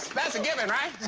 that's a given, right?